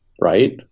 right